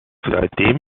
seitdem